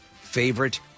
favorite